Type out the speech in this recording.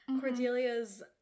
Cordelia's